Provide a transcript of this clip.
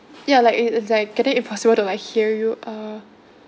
ya like getting impossible to like hear you uh